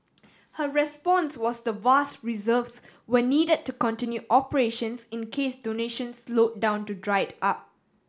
her response was the vast reserves were needed to continue operations in case donations slowed down to dried up